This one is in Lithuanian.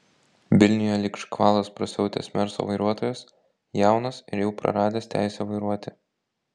vilniuje lyg škvalas prasiautęs merso vairuotojas jaunas ir jau praradęs teisę vairuoti